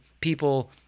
people